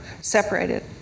separated